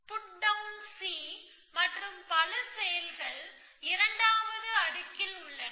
put down C மற்றும் பல செயல்கள் இரண்டாவது அடுக்கில் உள்ளன